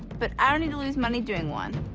but i don't need to lose money doing one.